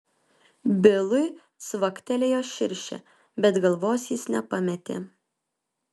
bilui cvaktelėjo širšė bet galvos jis nepametė